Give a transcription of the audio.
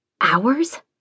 Hours